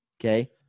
Okay